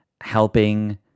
helping